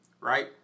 right